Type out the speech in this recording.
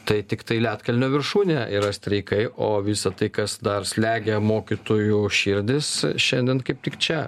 tai tiktai ledkalnio viršūnė yra streikai o visa tai kas dar slegia mokytojų širdis šiandien kaip tik čia